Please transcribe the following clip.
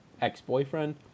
ex-boyfriend